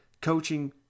coaching